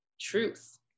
truth